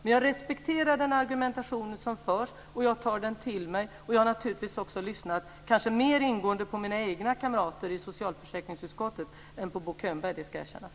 Men jag respekterar den argumentation som förs och tar den till mig. Jag har naturligtvis också lyssnat kanske mer ingående på mina egna kamrater i socialförsäkringsutskottet än på Bo Könberg, det ska erkännas.